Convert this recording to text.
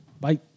bye